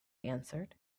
answered